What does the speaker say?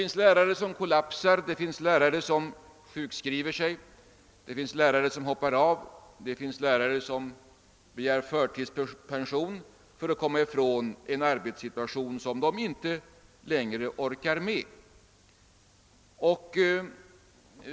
Lärare kollapsar, sjukskriver sig, hoppar av eller begär förtidspension för att komma ifrån en arbetssituation som de inte längre orkar med.